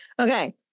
Okay